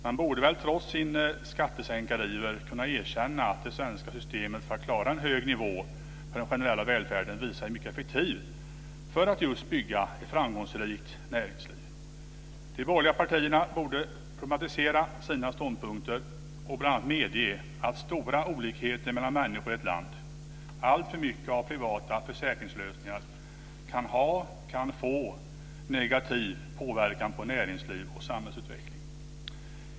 Man borde trots sin skattesänkariver kunna erkänna att det svenska systemet för att klara en hög nivå för den generella välfärden visat sig mycket effektivt för att just bygga ett framgångsrikt näringsliv. De borgerliga partierna borde problematisera sina ståndpunkter och bl.a. medge att stora olikheter mellan människor i ett land och alltför mycket av privata försäkringslösningar kan få negativ påverkan på näringsliv och samhällsutveckling.